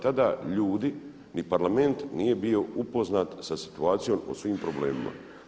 Tada ljudi ni Parlament nije bio upoznat sa situacijom o svim problemima.